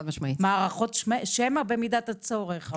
מערכות שמע במידת הצורך.